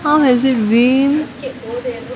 how it been